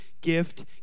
gift